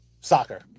Soccer